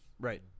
Right